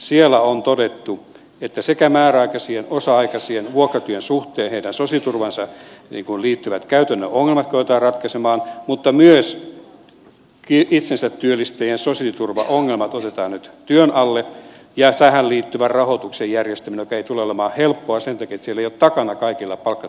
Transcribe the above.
siellä on todettu että sekä määräaikaisien osa aikaisien vuokratyövoiman suhteen heidän sosiaaliturvaansa liittyvät käytännön ongelmat koetetaan ratkaista mutta myös itsensä työllistäjien sosiaaliturvaongelmat otetaan nyt työn alle ja tähän liittyvän rahoituksen järjestäminen mikä ei tule olemaan helppoa sen takia että siellä ei ole takana kaikilla palkkatyösuhdetta